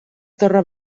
torre